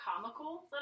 comical